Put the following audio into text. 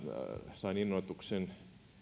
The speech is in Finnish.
sain innoituksen